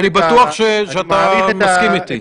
אני בטוח שאתה מסכים איתי.